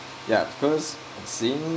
ya because seeing